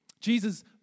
Jesus